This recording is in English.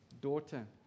daughter